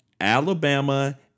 Alabama